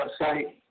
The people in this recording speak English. website